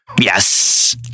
Yes